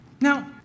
Now